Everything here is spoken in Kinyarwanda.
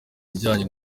bijyanye